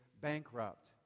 bankrupt